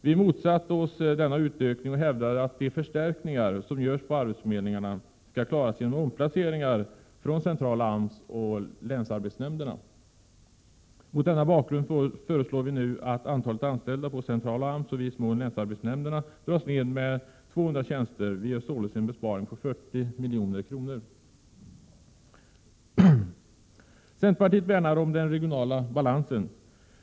Vi motsatte oss denna utökning och hävdade att de förstärkningar som görs på arbetsförmedlingarna skall klaras genom omplaceringar från centrala AMS och länsarbetsnämnderna. Mot denna bakgrund föreslår vi nu att antalet anställda på centrala AMS och i viss mån länsarbetsnämnderna dras ned med 200 tjänster. Vi gör således en besparing på 40 milj.kr. Centerpartiet värnar om den regionala balansen.